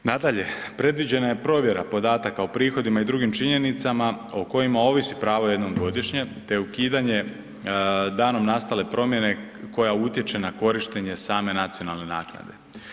Nadalje, predviđena je provjera podataka o prihodima i drugim činjenicama o kojima ovisi pravo jednom godišnje te ukidanje danom nastale promjene koja utječe na korištenje same nacionalne naknade.